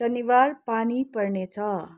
शनिवार पानी पर्नेछ